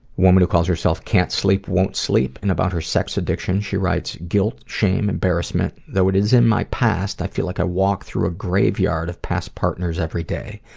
woman who calls herself can't sleep, won't sleep and about her sex addiction she writes, guilt, shame, embarrassment. though it is in my past, i feel like i walk through a graveyard of past partners every day.